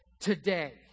today